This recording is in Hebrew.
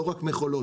לא רק מכולות.